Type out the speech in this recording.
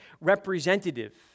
representative